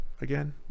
again